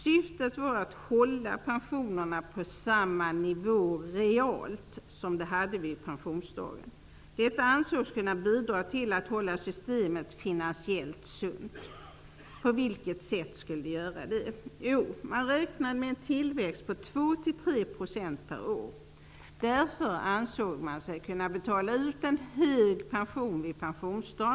Syftet var att hålla pensionerna på samma nivå realt som den som gällde pensionsdagen. Detta ansågs kunna bidra till att hålla systemet finansiellt sunt. På vilket sätt skulle det ske? Jo, man räknade med en tillväxt om 2--3 % per år. Därför ansåg man sig kunna betala ut en hög pension vid pensionsdagen.